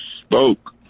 spoke